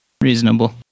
Reasonable